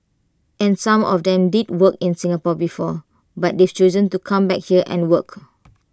and some of them did work in Singapore before but they've chosen to come back here and work